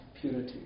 purity